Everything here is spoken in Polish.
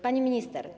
Pani Minister!